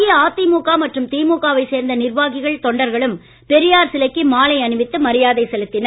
அஇஅதிமுக மற்றும் திமுக வைச் சேர்ந்த நிர்வாகிகள் தொண்டர்களும் பெரியார் சிலைக்கு மாலை அணிவித்து மரியாதை செலுத்தினர்